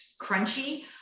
crunchy